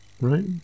Right